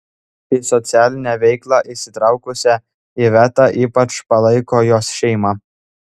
į socialinę veiklą įsitraukusią ivetą ypač palaiko jos šeima